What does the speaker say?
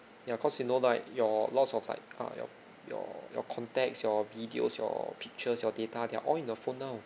ya cause you know like your lots of like uh your your your contacts your videos your pictures your data they're all in your phone now